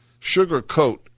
sugarcoat